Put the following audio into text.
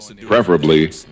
preferably